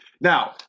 Now